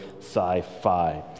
sci-fi